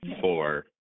four